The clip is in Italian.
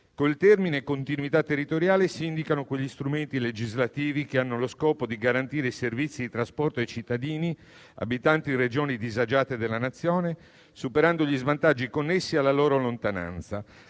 il termine «continuità territoriale» si indicano quegli strumenti legislativi che hanno lo scopo di garantire i servizi di trasporto ai cittadini abitanti di Regioni disagiate della Nazione, superando gli svantaggi connessi alla loro lontananza.